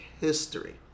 history